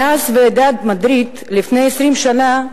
מאז ועידת מדריד, לפני 20 שנה,